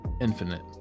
infinite